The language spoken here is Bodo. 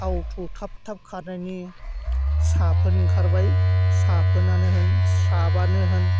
थाव थौ थाब थाब खारनायनि साबोन ओंखारबाय साबोनानो होन स्राबानो होन